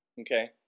Okay